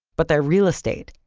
but their real estate.